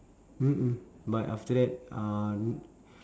mm mm but after that uh